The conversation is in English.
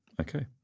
okay